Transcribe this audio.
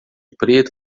preto